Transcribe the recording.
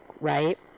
right